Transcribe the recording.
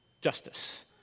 justice